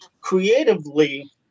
creatively